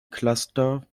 cluster